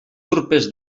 urpes